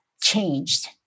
changed